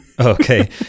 Okay